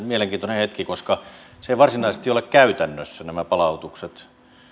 mielenkiintoinen hetki koska nämä palautukset eivät varsinaisesti ole käytännössä